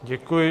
Děkuji.